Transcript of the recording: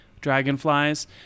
dragonflies